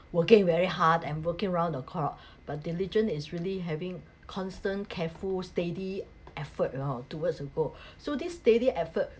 working very hard and working round the clock but diligent it's really having constant careful steady effort you know towards a goal so this steady effort